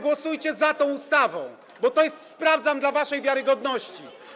Głosujcie za tą ustawą, bo to jest „sprawdzam” dla waszej wiarygodności.